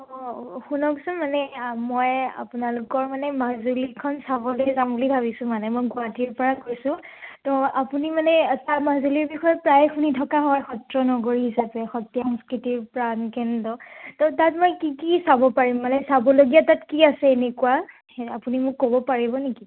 অঁ শুনকচোন মানে মই আপোনালোকৰ মানে মাজুলীখন চাবলৈ যাম বুলি ভাবিছোঁ মানে মই শুৱাহাটীৰপৰা কৈছো তৌ আপুনি মানে তাৰ মাজুলী বিষয়ে প্ৰায় শুনি থকা হয় সত্ৰ নগৰী হিচাপে সত্ৰীয়া সংস্কৃতিৰ প্ৰাণকেন্দ্ৰ তৌ তাত মই কি চাব পাৰিম মানে চাবলগীয়া তাত কি আছে এনেকুৱা আপুনি মোক ক'ব পাৰিব নেকি